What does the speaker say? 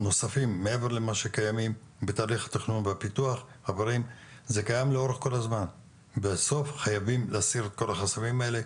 לרשויות התכנון לפעול ביתר שאת להסרת כל החסמים האלה